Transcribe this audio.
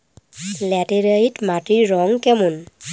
Laterite মাটির রং কেমন?